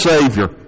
Savior